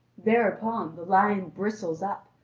thereupon the lion bristles up,